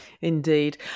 indeed